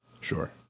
Sure